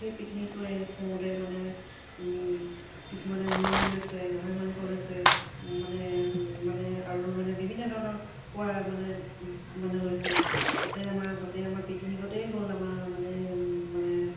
সেই পিকনিকটো এৰেঞ্জ কৰোঁতে মানে কিছুমানে মুৰ্গী লৈছে গাহৰি মাংস লৈছে মানে মানে আৰু মানে বিভিন্ন ধৰণৰ খোৱা মানে লৈছে তাতে আমাৰ তাতে আমাৰ পিকনিকতেই গ'ল আমাৰ মানে মানে